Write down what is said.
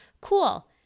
Cool